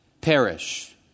perish